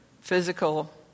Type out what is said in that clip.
physical